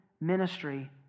ministry